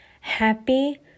Happy